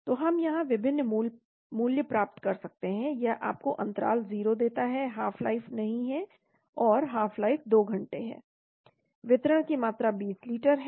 तो हम यहाँ विभिन्न मूल्य प्राप्त कर सकते हैं यह आपको अंतराल 0 देता है हाफ लाइफ नहीं है और हाफ लाइफ २ घंटे है वितरण की मात्रा २० लीटर है